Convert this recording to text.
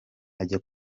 ajya